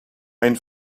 ein